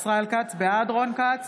רון כץ,